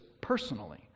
personally